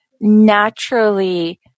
naturally